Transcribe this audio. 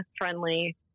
friendly